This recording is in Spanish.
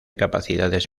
capacidades